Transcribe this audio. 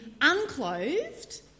unclothed